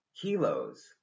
kilos